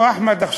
אחמד.